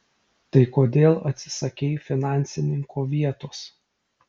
tai kodėl atsisakei finansininko vietos